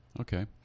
Okay